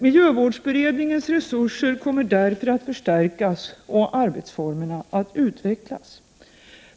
Miljövårdsberedningens resurser kommer därför att stärkas och arbetsformerna att utvecklas.